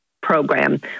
program